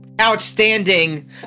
outstanding